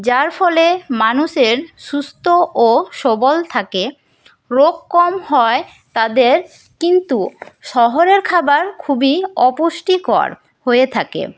যার ফলে মানুষের সুস্থ ও সবল থাকে রোগ কম হয় তাদের কিন্তু শহরের খাবার খুবই অপুষ্টিকর হয়ে থাকে